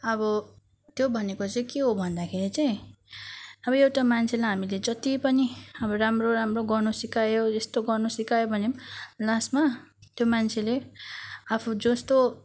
अब त्यो भनेको चाहिँ के हो भन्दाखेरि चाहिँ अब एउटा मान्छेलाई हामीले जति पनि अब राम्रो राम्रो गर्नु सिकायो यस्तो गर्नु सकायो भने पनि लास्टमा त्यो मान्छेले आफू जस्तो